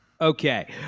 okay